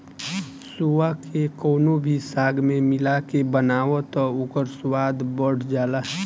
सोआ के कवनो भी साग में मिला के बनाव तअ ओकर स्वाद बढ़ जाला